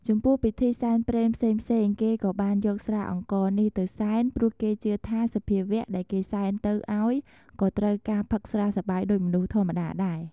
ចំពោះពិធី សែនព្រេនផ្សេងៗគេក៏បានយកស្រាអង្ករនេះទៅសែន ព្រោះគេជឿថាសភាវៈដែលគេសែនទៅឲ្យក៏ត្រូវការផឹកស្រាសប្បាយដូចមនុស្សធម្មតាដែរ។